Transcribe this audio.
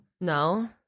No